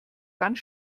ganz